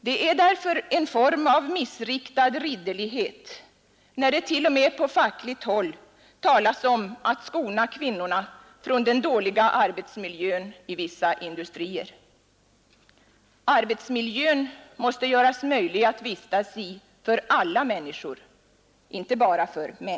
Det är därför en form av missriktad ridderlighet när det t.o.m., på fackligt håll talas om att skona kvinnorna från den dåliga arbetsmiljön i vissa industrier. Arbetsmiljön måste göras möjlig att vistas i för alla människor, inte bara för män.